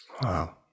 Wow